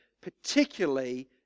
Particularly